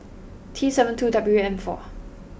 T seven two W M four